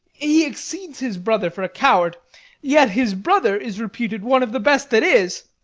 he excels his brother for a coward yet his brother is reputed one of the best that is.